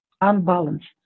unbalanced